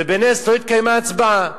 ובנס לא התקיימה הצבעה,